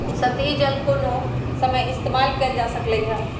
सतही जल कोनो समय इस्तेमाल कएल जा सकलई हई